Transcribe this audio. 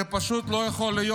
זה פשוט לא יכול להיות.